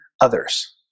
others